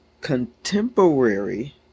contemporary